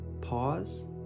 Pause